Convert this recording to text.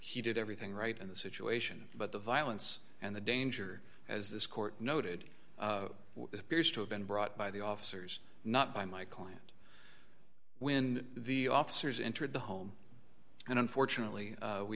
he did everything right in the situation but the violence and the danger as this court noted appears to have been brought by the officers not by my client when the officers entered the home and unfortunately